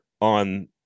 on